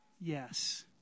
yes